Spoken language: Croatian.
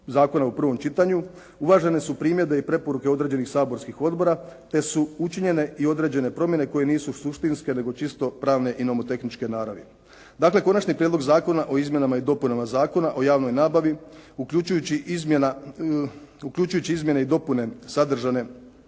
zakona u prvom čitanju, uvažene su primjedbe i preporuke određenih saborskih odbora, te su učinjene i određene promjene koje nisu suštinske, nego čisto pravne i nomotehničke naravi. Dakle, Konačni prijedlog Zakona o izmjenama i dopunama Zakona o javnoj nabavi, uključujući izmjene i dopune sadržane